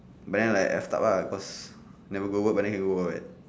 but then like I stuck ah cause never go work but then can go home right